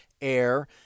air